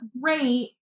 great